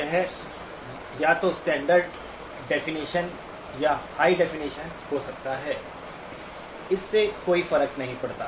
यह या तो स्टैंडर्ड डेफिनिशन या हाई डेफिनिशन हो सकती है इससे कोई फर्क नहीं पड़ता